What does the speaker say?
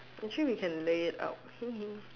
actually we can lay it out